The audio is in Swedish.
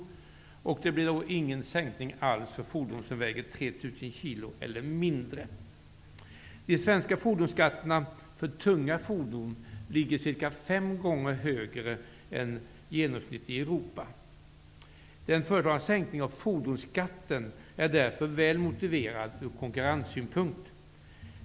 Det skulle inte bli någon sänkning alls för fordon som väger 3 000 kg eller mindre. De svenska fordonsskatterna för tunga fordon ligger cirka fem gånger högre än genomsnittet i Europa. Den föreslagna säkningen av fordonsskatten är därför väl motiverad från konkurrenssynpunkt.